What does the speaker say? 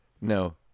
No